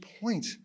point